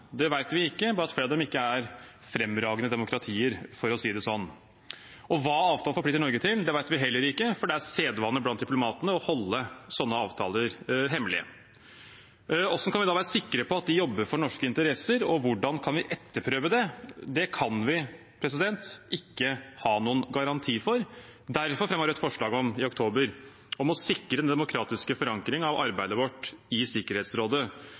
vi ikke, bare at flere av dem ikke er fremragende demokratier, for å si det sånn. Og hva avtalene forplikter Norge til, vet vi heller ikke, for det er sedvane blant diplomatene å holde sånne avtaler hemmelig. Hvordan kan vi da være sikre på at de jobber for norske interesser, og hvordan kan vi etterprøve det? Det kan vi ikke ha noen garanti for. Derfor fremmet Rødt i oktober forslag om å sikre en demokratisk forankring av arbeidet vårt i Sikkerhetsrådet.